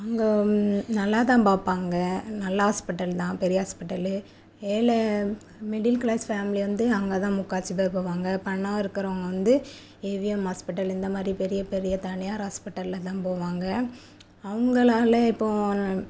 அங்கே நல்லா தான் பார்ப்பாங்க நல்ல ஹாஸ்பிட்டல் தான் பெரிய ஹாஸ்பிட்டலு ஏழை மிடில் க்ளாஸ் ஃபேம்லி வந்து அங்கே தான் முக்கால்வாசி பேர் போவாங்க பணம் இருக்குறவங்க வந்து ஏ வி எம் ஹாஸ்பிட்டல் இந்தமாதிரி பெரிய பெரிய தனியார் ஹாஸ்பிட்டலில் தான் போவாங்க அவங்களால இப்போது